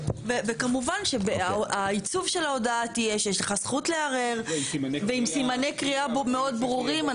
כמובן שבהודעה ייאמר שיש לך זכות לערער ועם סימני קריאה מאוד ברורים.